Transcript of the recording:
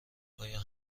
آیا